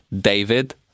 David